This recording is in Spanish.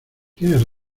tienes